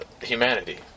humanity